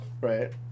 right